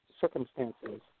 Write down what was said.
circumstances